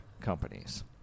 companies